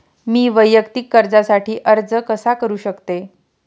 मी वैयक्तिक कर्जासाठी अर्ज कसा करु शकते?